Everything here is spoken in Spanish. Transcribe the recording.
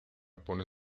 pone